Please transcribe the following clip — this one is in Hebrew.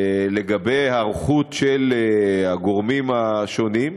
לגבי ההיערכות של הגורמים השונים,